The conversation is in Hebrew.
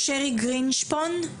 שרי גרינשפון,